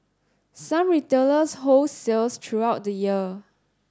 some retailers hold sales throughout the year